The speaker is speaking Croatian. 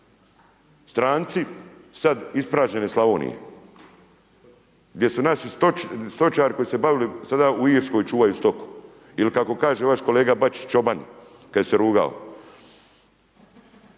stranci sad ispražnjene Slavonije, gdje su naši stočari koji su se bavili sada u Irskoj čuvaju stoku ili kako kaže vaš kolega Bačić čobani, kad im se rugao.